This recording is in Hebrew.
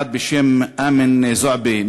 אחד בשם אמן זועבי,